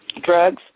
drugs